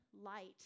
light